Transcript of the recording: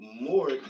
more